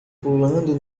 pulando